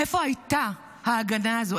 איפה הייתה ההגנה הזו?